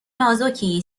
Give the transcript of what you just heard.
نازکی